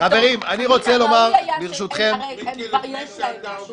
מן הראוי היה שהם הרי כבר יש להם משהו.